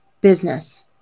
business